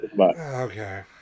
Okay